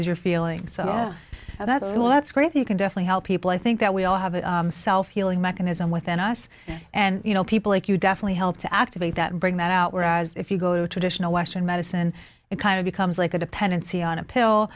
as your feelings and i thought well that's great you can definitely help people i think that we all have a self healing mechanism within us and you know people like you definitely help to activate that bring that out whereas if you go to traditional western medicine it kind of becomes like a dependency on a pill